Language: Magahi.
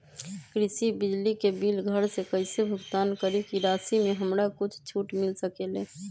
कृषि बिजली के बिल घर से कईसे भुगतान करी की राशि मे हमरा कुछ छूट मिल सकेले?